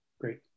Great